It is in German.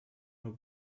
nur